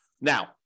Now